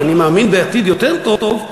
אני מאמין בעתיד יותר טוב,